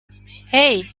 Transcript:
hey